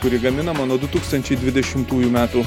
kuri gaminama nuo du tūkstančiai dvidešimtųjų metų